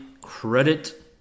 credit